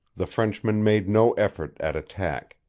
the frenchman made no effort at attack